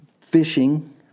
fishing